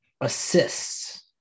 assists